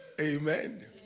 Amen